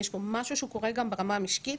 יש פה משהו שקורה גם ברמה המשקית.